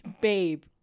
babe